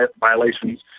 violations